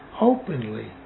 openly